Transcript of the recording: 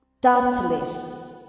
dustless